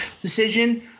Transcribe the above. decision